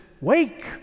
Wake